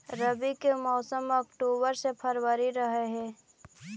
रब्बी के मौसम अक्टूबर से फ़रवरी रह हे